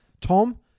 Tom